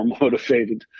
motivated